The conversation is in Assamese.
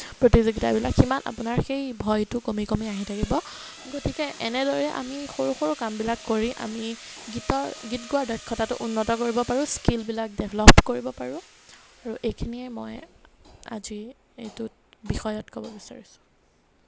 প্ৰতিযোগিতাবিলাক সিমান আপোনাৰ সেই ভয়টো কমি কমি আহি থাকিব গতিকে এনেদৰে আমি সৰু সৰু কামবিলাক কৰি আমি গীতৰ গীত গোৱাৰ দক্ষতাটো উন্নত কৰিব পাৰোঁ স্কিলবিলাক ডেভেলপ কৰিব পাৰোঁ আৰু এইখিনিয়েই মই আজি এইটোত বিষয়ত ক'ব বিচাৰিছোঁ